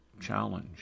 challenge